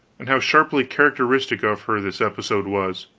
and how sharply characteristic of her this episode was.